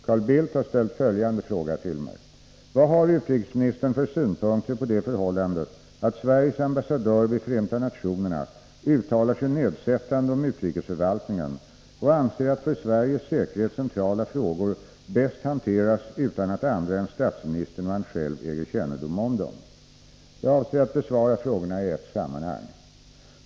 Carl Bildt har ställt följande fråga till mig: Vad har utrikesministern för synpunkter på det förhållandet att Sveriges ambassadör vid Förenta nationerna uttalar sig nedsättande om utrikesförvaltningen och anser att för Sveriges säkerhet centrala frågor bäst hanteras utan att andra än statsministern och han själv äger kännedom om dem? Jag avser att besvara frågorna i ett sammanhang.